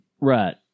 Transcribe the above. Right